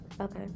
Okay